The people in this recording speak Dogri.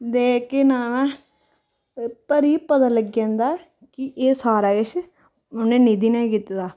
ते केह् नांऽ ऐ परी गी पता लग्गी जंदा कि एह् सारा किश उन्नै निधि ने गै कीते दा